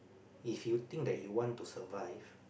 if you think that you want to survive